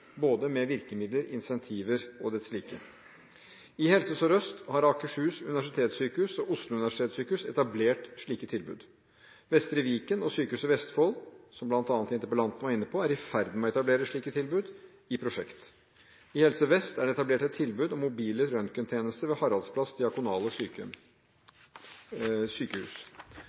både med virkemidler, incentiver og dets like. I Helse Sør-Øst har Akershus universitetssykehus og Oslo universitetssykehus etablert slike tilbud. Vestre Viken og Sykehuset Vestfold, som interpellanten var inne på, er i ferd med å etablere slike tilbud i prosjekt. I Helse Vest er det etablert et tilbud om mobile røntgentjenester ved Haraldsplass Diakonale sykehus.